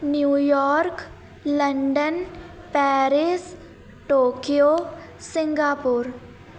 New York London Paris Tokyo Singapore